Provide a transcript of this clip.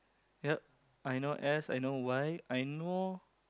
yup I know S I know Y I know